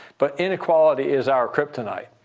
but inequality is our kryptonite.